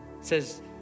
says